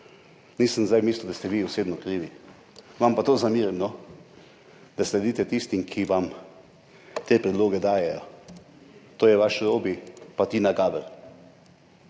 Nisem zdaj mislil, da ste vi osebno krivi, vam pa to zamerim, da sledite tistim, ki vam te predloge dajejo. To je vaš Robi pa Tina Gaber.